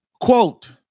Quote